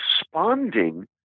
responding